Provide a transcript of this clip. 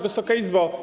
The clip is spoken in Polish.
Wysoka Izbo!